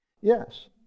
Yes